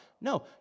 No